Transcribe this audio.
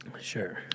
Sure